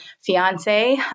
fiance